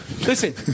Listen